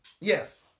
Yes